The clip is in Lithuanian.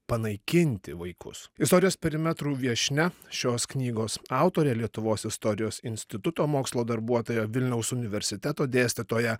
panaikinti vaikus istorijos perimetrų viešnia šios knygos autorė lietuvos istorijos instituto mokslo darbuotoja vilniaus universiteto dėstytoja